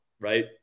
right